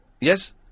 Yes